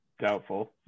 Doubtful